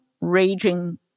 raging